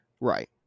Right